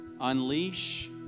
unleash